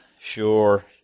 sure